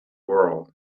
world